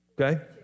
Okay